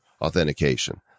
authentication